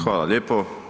Hvala lijepo.